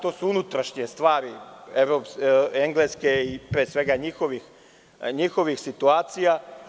To su unutrašnje stvari Engleske, pre svega njihovih situacija.